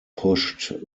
pushed